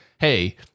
Hey